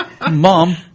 Mom